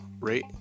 rate